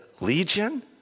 legion